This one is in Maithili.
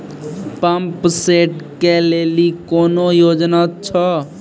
पंप सेट केलेली कोनो योजना छ?